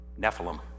Nephilim